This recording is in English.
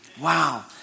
Wow